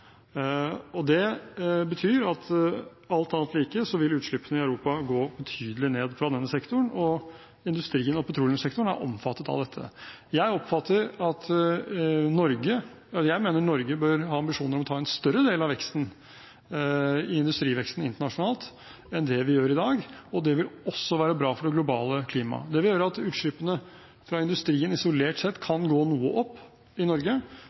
2005. Det betyr alt annet like at utslippene i Europa vil gå betydelig ned i denne sektoren, og industrien og petroleumssektoren er omfattet av dette. Jeg mener Norge bør ha ambisjon om å ta en større del av industriveksten internasjonalt enn det vi gjør i dag, og det vil også være bra for det globale klimaet. Det vil gjøre at utslippene fra industrien isolert sett kan gå noe opp i Norge,